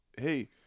hey